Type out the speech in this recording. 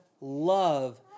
love